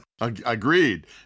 Agreed